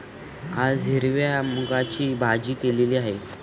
आज हिरव्या मूगाची भाजी केलेली आहे